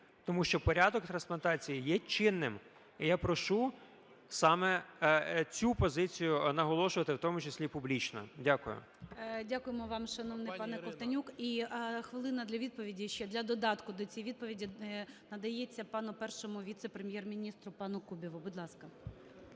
тому що порядок трансплантації є чинним. І я прошу саме цю позицію наголошувати, в тому числі і публічно. Дякую. ГОЛОВУЮЧИЙ. Дякуємо вам, шановний пане Ковтонюк. І хвилина для відповіді ще для додатку до цієї відповіді надається пану Першому віце-прем'єр-міністру пану Кубіву. Будь ласка.